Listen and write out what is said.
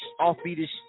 offbeat-ish